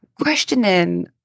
questioning